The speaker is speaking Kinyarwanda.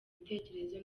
bitekerezo